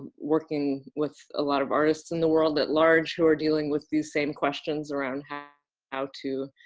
working with a lot of artists in the world at large who are dealing with these same questions around how how to